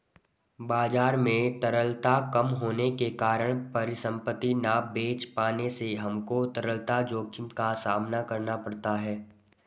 बाजार में तरलता कम होने के कारण परिसंपत्ति ना बेच पाने से हमको तरलता जोखिम का सामना करना पड़ता है